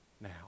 now